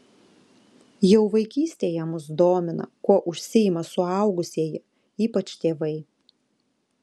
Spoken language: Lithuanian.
jau vaikystėje mus domina kuo užsiima suaugusieji ypač tėvai